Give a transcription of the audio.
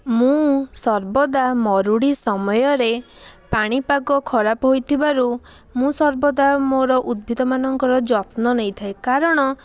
ମୁଁ ସର୍ବଦା ମରୁଡ଼ି ସମୟରେ ପାଣିପାଗ ଖରାପ ହୋଇଥିବାରୁ ମୁଁ ସର୍ବଦା ମୋର ଉଦ୍ଭିଦମାନଙ୍କର ଯତ୍ନ ନେଇଥାଏ କାରଣ